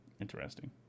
Interesting